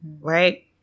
right